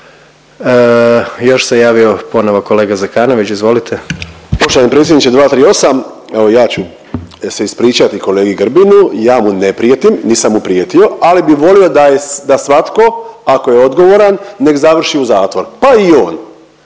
Još se javio ponovo kolega Zekanović, izvolite. **Zekanović, Hrvoje (HDS)** Poštovani predsjedniče, 238., evo ja ću se ispričati kolegi Grbinu i ja mu ne prijetim, nisam mu prijetio, ali bi volio da svatko ako je odgovoran nek završi u zatvoru, pa i on,